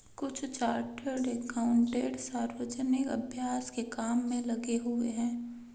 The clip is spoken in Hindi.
कुछ चार्टर्ड एकाउंटेंट सार्वजनिक अभ्यास के काम में लगे हुए हैं